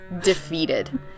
defeated